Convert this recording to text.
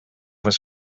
was